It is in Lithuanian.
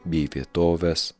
bei vietoves